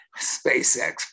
SpaceX